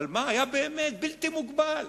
אבל מה, היה באמת בלתי מוגבל.